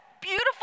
beautiful